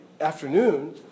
afternoon